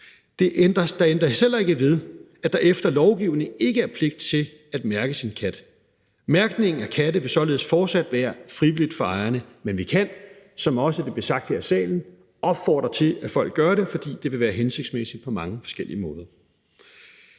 ved. Der ændres heller ikke ved, at der efter lovgivningen ikke er pligt til at mærke sin kat. Mærkning af katte vil således fortsat være frivilligt for ejerne, men vi kan, som det også er blevet sagt her i salen, opfordre til, at folk gør det, fordi det vil være hensigtsmæssigt på mange forskellige måder.